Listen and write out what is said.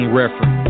reference